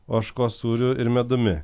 ožkos sūriu ir medumi